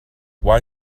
why